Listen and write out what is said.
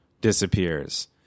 disappears